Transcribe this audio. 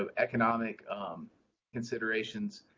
ah economic considerations,